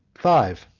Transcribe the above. five.